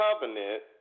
covenant